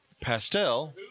Pastel